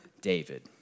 David